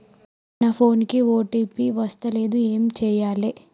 నా ఫోన్ కి ఓ.టీ.పి వస్తలేదు ఏం చేయాలే?